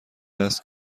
است